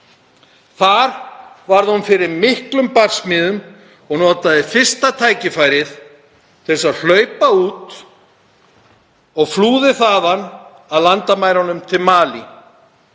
Þar varð hún fyrir miklum barsmíðum og notaði fyrsta tækifærið til þess að hlaupa út og flúði þaðan að landamærunum til Malí.